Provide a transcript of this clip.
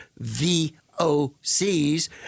VOCs